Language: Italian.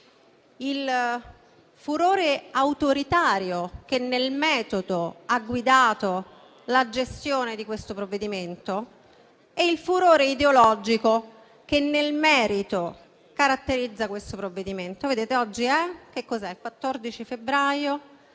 il furore autoritario che nel metodo ha guidato la gestione di questo provvedimento e il furore ideologico che nel merito lo caratterizza. Oggi